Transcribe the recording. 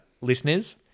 listeners